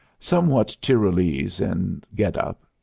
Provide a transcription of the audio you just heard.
somewhat tyrolese in get-up,